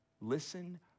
listen